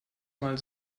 mal